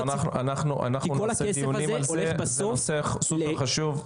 כי כל הכסף הזה הולך בסוף --- זה נושא סופר חשוב.